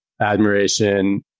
admiration